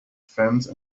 fence